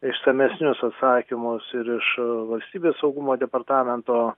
išsamesnius atsakymus ir iš valstybės saugumo departamento